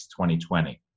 2020